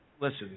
Listen